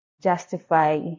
justify